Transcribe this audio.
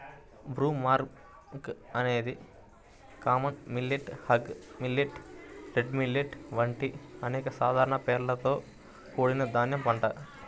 broomcorn అనేది common millet, hog millet, red millet వంటి అనేక సాధారణ పేర్లతో కూడిన ధాన్యం పంట